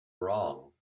wrong